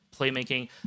playmaking